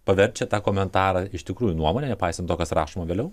paverčia tą komentarą iš tikrųjų nuomone nepaisant to kas rašoma vėliau